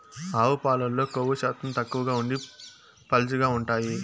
ఆవు పాలల్లో కొవ్వు శాతం తక్కువగా ఉండి పలుచగా ఉంటాయి